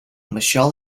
michelle